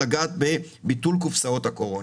לגעת בביטול קופסאות הקורונה.